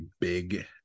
big